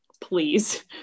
Please